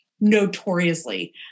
notoriously